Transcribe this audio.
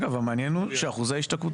מה יש לכם להסתיר?